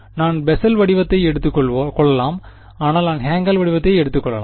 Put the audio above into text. நான் பெசல் வடிவத்தை எடுத்துக் கொள்ளலாம் ஆனால் நான் ஹான்கெல் வடிவத்தையும் எடுத்துக் கொள்ளலாம்